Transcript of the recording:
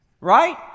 Right